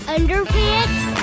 Underpants